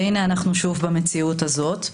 והינה, אנחנו שוב במציאות הזאת.